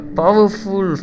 powerful